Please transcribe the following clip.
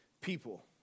people